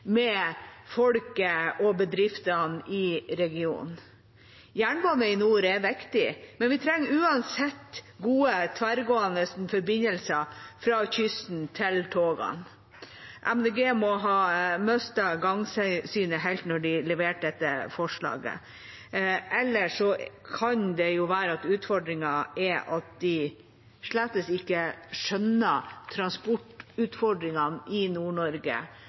med folket og bedriftene i regionen. Jernbane i nord er viktig, men vi trenger uansett gode tverrgående forbindelser fra kysten til togene. Miljøpartiet De Grønne må ha mistet gangsynet helt når de leverte dette forslaget. Eller så kan det jo være at utfordringen er at de slett ikke skjønner transportutfordringene i